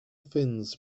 fins